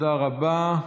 תודה רבה.